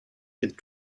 get